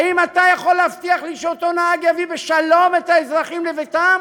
האם אתה יכול להבטיח לי שאותו נהג יביא בשלום את האזרחים לביתם?